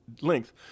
length